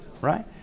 right